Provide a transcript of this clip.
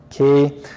Okay